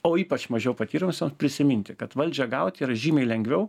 o ypač mažiau patyrusioms prisiminti kad valdžią gaut yra žymiai lengviau